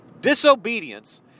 disobedience